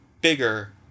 bigger